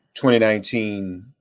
2019